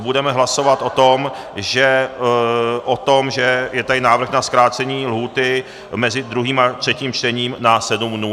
Budeme hlasovat o tom, že je tady návrh na zkrácení lhůty mezi druhým a třetím čtením na sedm dnů.